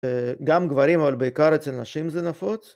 גם גברים, אבל בעיקר אצל נשים זה נפוץ.